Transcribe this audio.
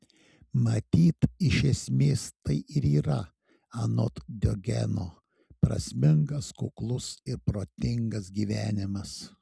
matyt iš esmės tai ir yra anot diogeno prasmingas kuklus ir protingas gyvenimas